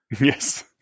Yes